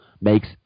makes